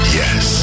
yes